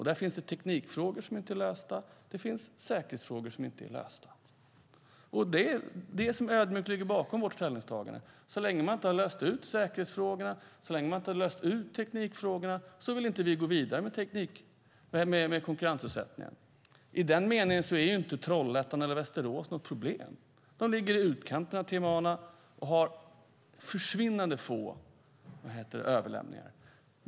Där finns det teknikfrågor och säkerhetsfrågor som inte är lösta. Det är det, ödmjukt, som ligger bakom vårt ställningstagande. Så länge man inte löst säkerhetsfrågorna och teknikfrågorna vill vi inte gå vidare med konkurrensutsättningen. I den meningen är inte flygplatserna i Trollhättan eller Västerås något problem. De ligger i utkanten av TMA och har försvinnande få överlämningar.